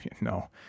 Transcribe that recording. No